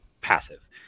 passive